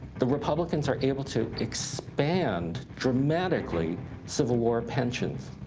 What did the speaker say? the republicans are able to expand dramatically civil war pensions.